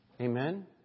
Amen